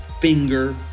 finger